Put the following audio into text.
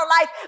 life